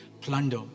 plunder